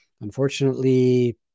unfortunately